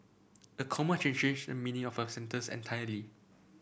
the comma change a meaning of a sentence entirely